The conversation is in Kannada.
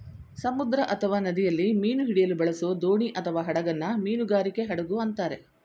ಸಮುದ್ರ ಅಥವಾ ನದಿಯಲ್ಲಿ ಮೀನು ಹಿಡಿಯಲು ಬಳಸೋದೋಣಿಅಥವಾಹಡಗನ್ನ ಮೀನುಗಾರಿಕೆ ಹಡಗು ಅಂತಾರೆ